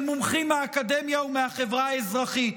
של מומחים מהאקדמיה ומהחברה האזרחית.